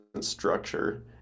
structure